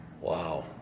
Wow